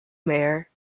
mayor